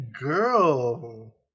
Girl